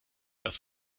das